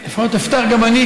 אפתח גם אני,